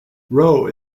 roe